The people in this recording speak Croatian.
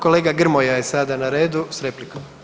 Kolega Grmoja je sada na redu sa replikom.